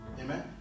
Amen